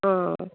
आं